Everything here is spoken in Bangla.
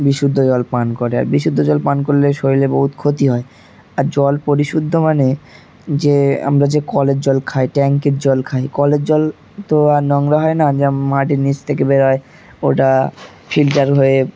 বিশুদ্ধ জল পান করে আর বিশুদ্ধ জল পান করলে শরীরে বহুত ক্ষতি হয় আর জল পরিশুদ্ধ মানে যে আমরা যে কলের জল খাই ট্যাঙ্কের জল খাই কলের জল তো আর নোংরা হয় না যেমন মাটির নিচ থেকে বেরোয় ওটা ফিল্টার হয়ে